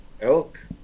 elk